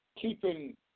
keeping